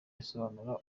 risobanura